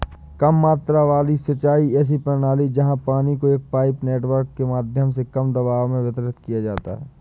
कम मात्रा वाली सिंचाई ऐसी प्रणाली है जहाँ पानी को एक पाइप नेटवर्क के माध्यम से कम दबाव में वितरित किया जाता है